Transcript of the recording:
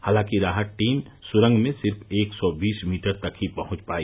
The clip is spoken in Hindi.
हालांकि राहत टीम सुरंग में सिर्फ एक सौ बीस मीटर तक ही पहुंच पाई